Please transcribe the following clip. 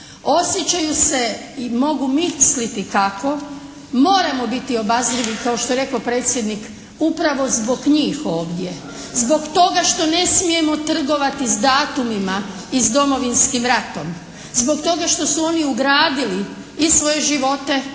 Osjećaju se i mogu misliti kako, moramo biti obazrivi kao što je rekao predsjednik upravo zbog njih ovdje. Zbog toga što ne smijemo trgovati s datumima i s Domovinskim ratom. Zbog toga što su oni ugradili i svoje živote i